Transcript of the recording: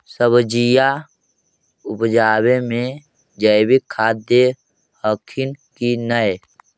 सब्जिया उपजाबे मे जैवीक खाद दे हखिन की नैय?